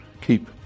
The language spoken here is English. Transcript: keep